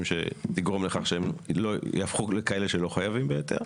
שתגרום לכך שהם יהפכו לכאלה שלא חייבים בהיתר.